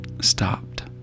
stopped